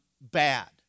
bad